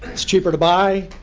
it's cheaper to buy.